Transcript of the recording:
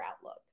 outlook